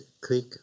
click